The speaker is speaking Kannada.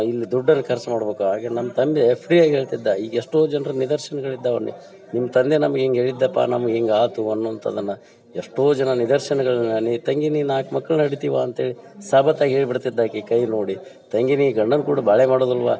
ಇಲ್ಲಿ ದುಡ್ಡನ್ನು ಖರ್ಚು ಮಾಡ್ಬೇಕು ಹಾಗೆ ನಮ್ಮ ತಂದೆ ಫ್ರೀ ಆಗಿ ಹೇಳ್ತಿದ್ದ ಈಗ ಎಷ್ಟೋ ಜನ್ರ ನಿದರ್ಶನಗಳು ಇದ್ದಾವನ್ನಿ ನಿಮ್ಮ ತಂದೆ ನಮ್ಗೆ ಹಿಂಗ್ ಹೇಳಿದ್ದಪ್ಪ ನಮ್ಗೆ ಹಿಂಗೆ ಆಯ್ತು ಅನ್ನುವಂಥದ್ದನ್ನು ಎಷ್ಟೋ ಜನ ನಿದರ್ಶನಗಳನ್ನು ನೀ ತಂಗಿ ನೀ ನಾಲ್ಕು ಮಕ್ಳನ್ನು ಹಡಿತೀವ್ವ ಅಂತ್ಹೇಳಿ ಸಾಬತ್ತಾಗಿ ಹೇಳ್ಬಿಡ್ತಿದ್ದ ಆಕೆ ಕೈ ನೋಡಿ ತಂಗಿ ನೀ ಗಂಡನ ಕೂಡ ಬಾಳ್ವೆ ಮಾಡೋದಿಲ್ಲವ್ವ